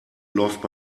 läuft